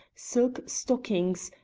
silk stockings,